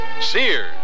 Sears